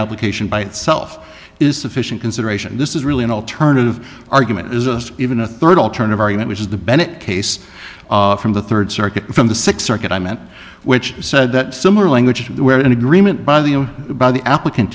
application by itself is sufficient consideration this is really an alternative argument is this even a rd alternative argument which is the bennett case from the rd circuit from the six circuit i meant which said that similar language where an agreement by the by the applicant